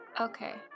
Okay